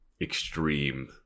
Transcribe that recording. extreme